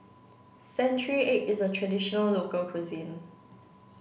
century egg is a traditional local cuisine